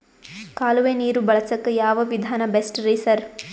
ಕಾಲುವೆ ನೀರು ಬಳಸಕ್ಕ್ ಯಾವ್ ವಿಧಾನ ಬೆಸ್ಟ್ ರಿ ಸರ್?